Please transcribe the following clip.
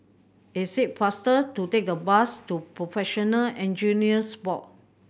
it is faster to take the bus to Professional Engineers Board